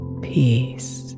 peace